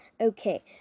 Okay